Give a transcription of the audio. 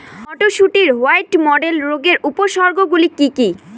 মটরশুটির white mould রোগের উপসর্গগুলি কী কী?